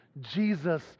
jesus